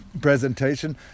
presentation